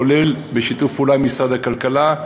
כולל בשיתוף פעולה עם משרד הכלכלה,